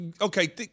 okay